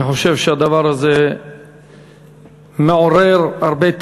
אני חושב שהדבר הזה מעורר הרבה תהיות,